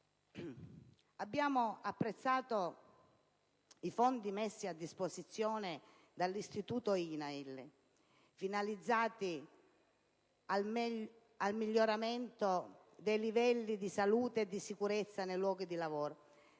Abbiamo apprezzato i fondi messi a disposizione dall'istituto INAIL, finalizzati al miglioramento dei livelli di salute e di sicurezza nei luoghi di lavoro.